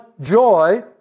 joy